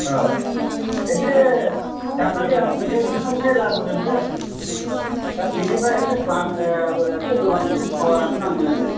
औ एसे दाखालि आं जे नोंथांनिफ्राय लाबोदोंमोन दा बेनिफ्राय एसे बां एसे गोबांसिन पावारखौ नांगोन आंनो